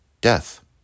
death